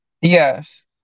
Yes